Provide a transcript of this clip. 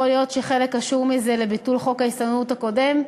יכול להיות שחלק מזה קשור לביטול חוק ההסתננות הקודם,